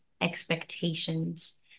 expectations